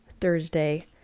thursday